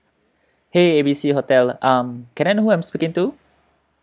hey A B C hotel um can I know who I'm speaking to